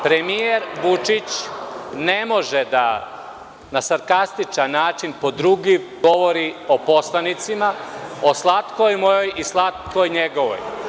Premijer Vučić ne može da na sarkastičan način, podrugljiv govori o poslanicima, o slatkoj mojoj i slatkoj njegovoj.